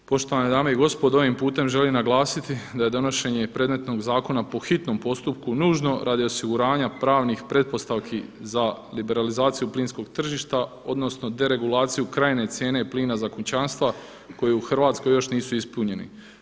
Poštovane dame i gospodo, ovim putem želim naglasiti da je donošenje predmetnog zakona po hitnom postupku nužno radi osiguranja pravnih pretpostavki za liberalizaciju plinskog tržišta, odnosno deregulaciju krajnje cijene plina za kućanstva koji u Hrvatskoj još nisu ispunjeni.